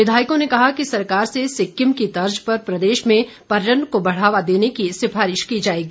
विधायकों ने कहा कि सरकार से सिक्किम की तर्ज पर प्रदेश में पर्यटन को बढ़ावा देने की सिफारिश की जाएगी